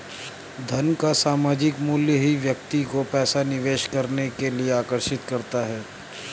धन का सामायिक मूल्य ही व्यक्ति को पैसा निवेश करने के लिए आर्कषित करता है